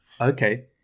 Okay